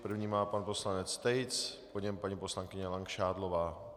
První má pan poslanec Tejc, po něm paní poslankyně Langšádlová.